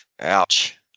Ouch